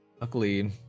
luckily